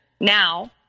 now